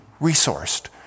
resourced